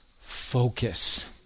focus